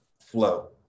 flow